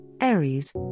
Aries